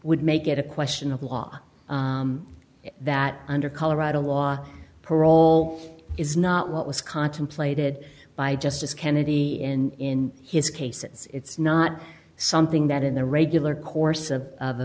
would make it a question of law that under colorado law parole is not what was contemplated by justice kennedy in his case it's not something that in the regular course of